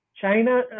China